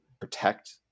protect